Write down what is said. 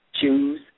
choose